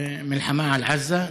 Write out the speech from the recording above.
במלחמה על עזה,